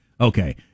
Okay